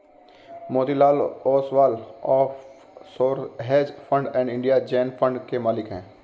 Motilal Oswal offshore hedge fund और India Zen fund के मालिक हैं